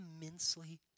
immensely